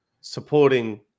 supporting